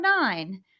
nine